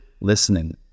listening